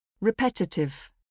repetitive